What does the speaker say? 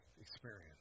experience